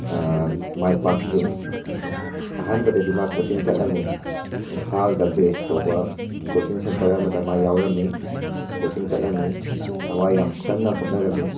ꯃꯥꯏ ꯄꯥꯛꯇꯦ ꯑꯍꯥꯟꯕꯗꯗꯤ ꯃꯥ ꯀꯣꯆꯤꯡ ꯆꯠꯂꯝꯃꯤ ꯏꯝꯐꯥꯜꯗ ꯕꯦꯁ ꯇꯧꯕ ꯀꯣꯆꯤꯡ ꯁꯦꯟꯇꯔ ꯑꯃꯗ ꯃꯥ ꯌꯥꯎꯔꯝꯃꯤ ꯀꯣꯆꯤꯡ ꯆꯠꯂꯝꯃꯤ ꯊꯋꯥꯏ ꯌꯥꯝ ꯀꯟꯅ ꯍꯣꯠꯅꯔꯝꯃꯤ